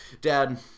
Dad